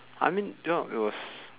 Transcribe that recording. I mean yup it was